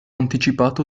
anticipato